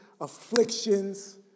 afflictions